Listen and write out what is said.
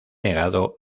negado